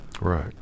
right